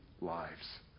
lives